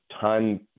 time